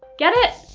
get it?